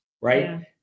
Right